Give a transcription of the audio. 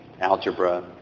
algebra